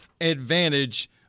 advantage